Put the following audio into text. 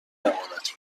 امانت